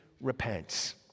repents